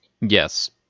Yes